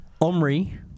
Omri